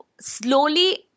Slowly